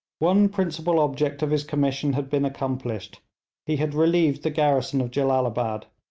one principal object of his commission had been accomplished he had relieved the garrison of jellalabad,